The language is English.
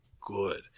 good